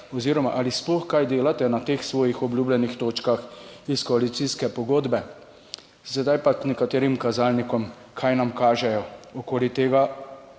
oziroma ali sploh kaj delate na teh svojih obljubljenih točkah iz koalicijske pogodbe? Sedaj pa k nekaterim kazalnikom, kaj nam kažejo, da